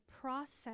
process